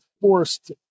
forced